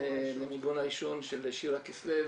למיגור העישון שזה שירה כסלו,